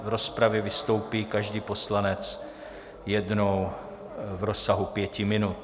V rozpravě vystoupí každý poslanec jednou v rozsahu pěti minut.